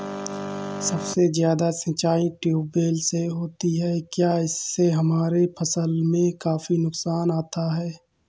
सबसे ज्यादा सिंचाई ट्यूबवेल से होती है क्या इससे हमारे फसल में काफी नुकसान आता है?